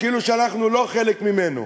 כאילו אנחנו לא חלק ממנו.